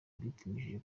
bipimishije